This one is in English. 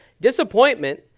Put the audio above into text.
Disappointment